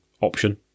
option